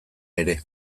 ere